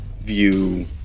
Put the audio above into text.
view